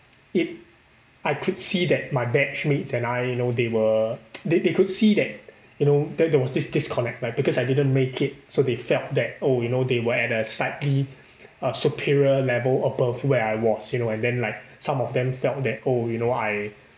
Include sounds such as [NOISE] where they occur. it I could see that my batch mates and I you know they were [NOISE] they they could see that you know there there was this disconnect me because I didn't make it so they felt that oh you know they were at a slightly uh superior level above where I was you know and then like some of them felt that oh you know I